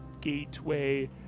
gateway